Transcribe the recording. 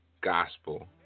gospel